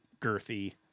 girthy